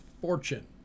fortune